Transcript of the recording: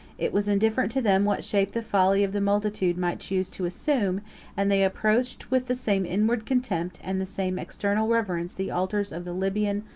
it was indifferent to them what shape the folly of the multitude might choose to assume and they approached with the same inward contempt, and the same external reverence, the altars of the libyan,